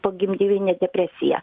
pogimdyvinė depresija